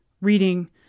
reading